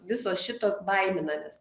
viso šito baiminamės